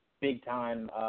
big-time